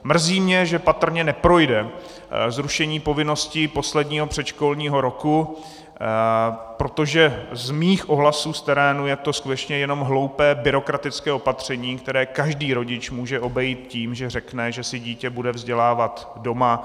Mrzí mě, že patrně neprojde zrušení povinnosti posledního předškolního roku, protože z mých ohlasů v terénu je to skutečně jenom hloupé, byrokratické opatření, které každý rodič může obejít tím, že řekne, že si dítě bude vzdělávat doma.